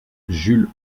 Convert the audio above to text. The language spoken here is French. jules